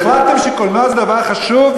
והחלטתם שקולנוע זה דבר חשוב,